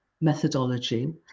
methodology